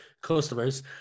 customers